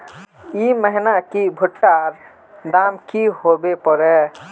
ई महीना की भुट्टा र दाम की होबे परे?